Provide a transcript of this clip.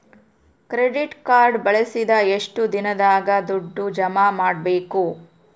Credit card ಬಳಸಿದ ಎಷ್ಟು ದಿನದಾಗ ದುಡ್ಡು ಜಮಾ ಮಾಡ್ಬೇಕು?